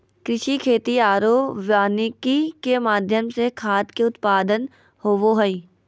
कृषि, खेती आरो वानिकी के माध्यम से खाद्य के उत्पादन होबो हइ